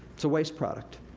it's a waste product.